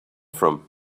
from